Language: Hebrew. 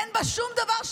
אין בה שום דבר.